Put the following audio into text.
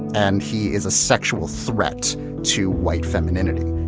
and he is a sexual threat to white femininity.